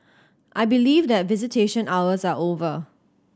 I believe that visitation hours are over